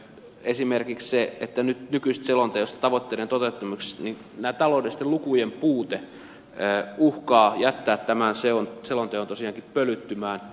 esimerkiksi se että nyt kyky selonteosta tavoitteet ovat nykyisessä selonteossa taloudellisten lukujen puute uhkaa jättää tämän selonteon pölyttymään